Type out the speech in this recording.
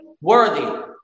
worthy